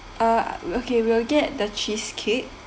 uh we'll ~ okay we'll get the cheesecake